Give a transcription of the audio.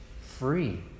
free